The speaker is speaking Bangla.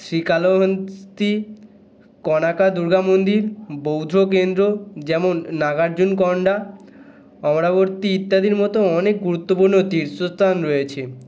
শ্রীকালাহস্তি কনাকার দুর্গা মন্দির বৌদ্ধ কেন্দ্র যেমন নাগার্জুন কন্ডা অমরাবতি ইত্যাদির মতো অনেক গুরুত্বপূর্ণ তীর্থস্থান রয়েছে